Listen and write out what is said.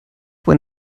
when